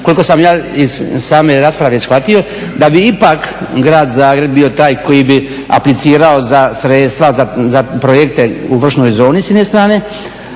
koliko sam ja iz same rasprave shvatio da bi ipak grad Zagreb bio taj koji bi aplicirao za sredstva, za projekte u vršnoj zoni s jedne strane,